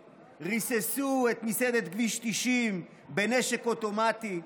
וריססו את מסעדת כביש 90 בנשק אוטומטי.